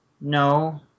No